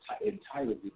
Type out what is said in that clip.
entirely